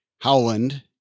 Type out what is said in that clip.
Howland